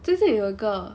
最近有一个